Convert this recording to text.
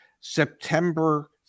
September